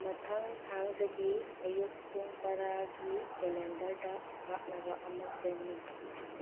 ꯃꯊꯪ ꯊꯥꯡꯖꯒꯤ ꯑꯌꯨꯛ ꯄꯨꯡ ꯇꯔꯥꯒꯤ ꯀꯦꯂꯦꯟꯗꯔꯗ ꯍꯥꯞꯅꯕ ꯑꯃ ꯁꯦꯝꯃꯨ